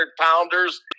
pounders